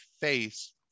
face